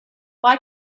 why